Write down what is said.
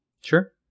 Sure